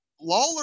Lawler